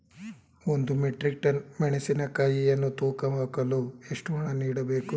ಒಂದು metric ton ಮೆಣಸಿನಕಾಯಿಯನ್ನು ತೂಕ ಹಾಕಲು ಎಷ್ಟು ಹಣ ನೀಡಬೇಕು?